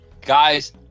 guys